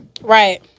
Right